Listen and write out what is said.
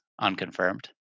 unconfirmed